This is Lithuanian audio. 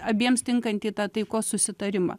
abiems tinkantį tą taikos susitarimą